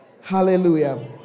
Hallelujah